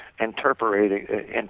interpreting